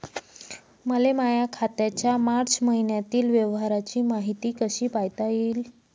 मले माया खात्याच्या मार्च मईन्यातील व्यवहाराची मायती कशी पायता येईन?